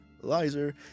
lizer